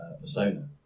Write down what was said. persona